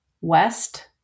west